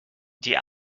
die